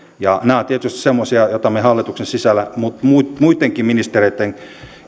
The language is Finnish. nämä ovat tietysti semmoisia joita me hallituksen sisällä muittenkin ministereiden